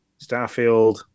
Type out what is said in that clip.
Starfield